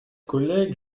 collègues